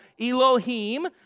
Elohim